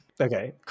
Okay